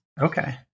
Okay